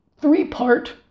three-part